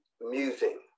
musing